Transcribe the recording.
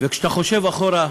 וכשאתה חושב אחורה,